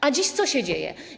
A dziś co się dzieje?